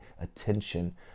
attention